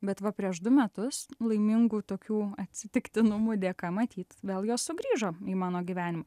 bet va prieš du metus laimingų tokių atsitiktinumų dėka matyt vėl jos sugrįžo į mano gyvenim